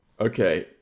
Okay